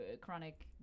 chronic